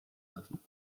lassen